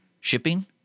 shipping